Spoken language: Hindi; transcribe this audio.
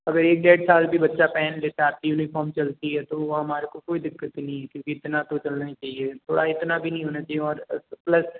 अगर एक डेढ़ साल भी बच्चा पहन लेता तो यूनिफाॅर्म चलती है तो हमारे को कोई दिक्क्त नहीं क्योंकि इतना तो चलना ही चाहिए थोड़ा इतना भी नहीं होना चाहिए और प्लस